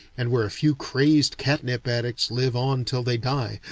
and where a few crazed catnip addicts live on till they die,